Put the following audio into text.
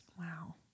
Wow